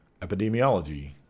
Epidemiology